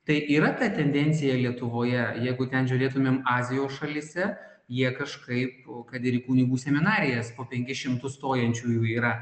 tai yra ta tendencija lietuvoje jeigu ten žiūrėtumėm azijos šalyse jie kažkaip kad ir į kunigų seminarijas po penkis šimtus stojančiųjų yra